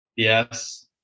Yes